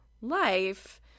life